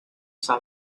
saw